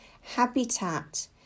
habitat